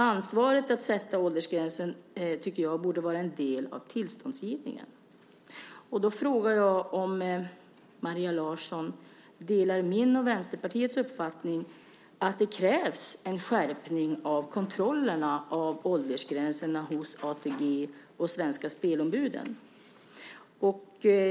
Ansvaret att sätta åldersgränsen tycker jag borde vara en del av tillståndsgivningen. Jag frågar om Maria Larsson delar min och Vänsterpartiets uppfattning att det krävs en skärpning av kontrollerna av åldersgränserna hos ATG:s och Svenska Spels ombud.